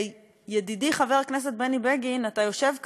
ידידי חבר הכנסת בני בגין, אתה יושב כאן.